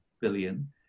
billion